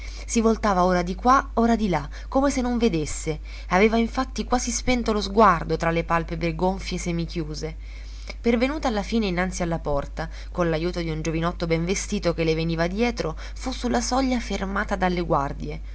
si voltava ora di qua ora di là come se non vedesse aveva infatti quasi spento lo sguardo tra le palpebre gonfie semichiuse pervenuta alla fine innanzi alla porta con l'aiuto di un giovinotto ben vestito che le veniva dietro fu su la soglia fermata dalle guardie